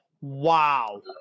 Wow